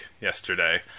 yesterday